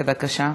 בבקשה.